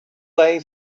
they